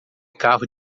carro